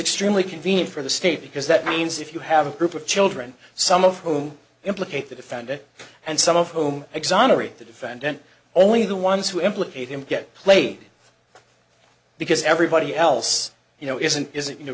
extremely convenient for the state because that means if you have a group of children some of whom implicate the defendant and some of whom exonerate the defendant only the ones who implicate him get played because everybody else you know isn't isn't you know